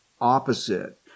opposite